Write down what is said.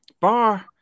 bar